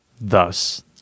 Thus